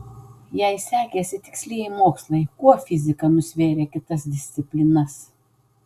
jei sekėsi tikslieji mokslai kuo fizika nusvėrė kitas disciplinas